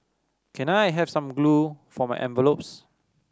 can I have some glue for my envelopes